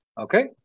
Okay